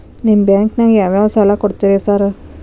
ನಿಮ್ಮ ಬ್ಯಾಂಕಿನಾಗ ಯಾವ್ಯಾವ ಸಾಲ ಕೊಡ್ತೇರಿ ಸಾರ್?